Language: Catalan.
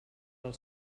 del